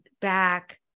back